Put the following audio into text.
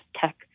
tech